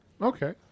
Okay